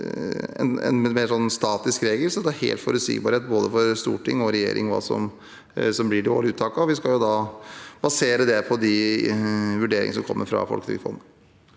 en mer statisk regel, slik at det er forutsigbarhet for både storting og regjering om hva som blir de årlige uttakene. Vi skal da basere det på de vurderingene som kommer fra Folketrygdfondet.